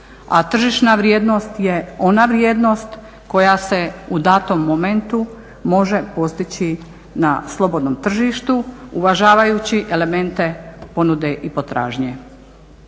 a tržišna vrijednost je ona vrijednost koja se u datom momentu može postići na slobodnom tržištu, uvažavajući elemente ponude i potražnje.